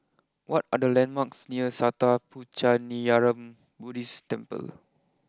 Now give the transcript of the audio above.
what are the landmarks near Sattha Puchaniyaram Buddhist Temple